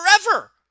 forever